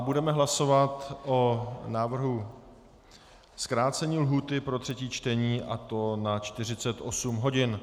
Budeme hlasovat o návrhu zkrácení lhůty pro třetí čtení, a to na 48 hodin.